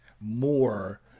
more